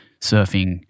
surfing